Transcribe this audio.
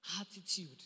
attitude